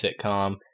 sitcom